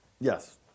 Yes